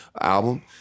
album